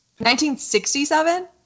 1967